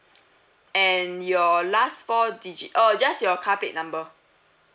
and your last four digit or just your car plate number